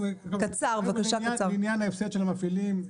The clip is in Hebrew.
לעניין ההפסד של המפעילים,